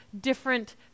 different